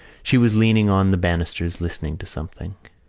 she was leaning on the banisters, listening to something.